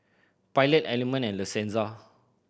Pilot Element and La Senza